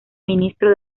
ministro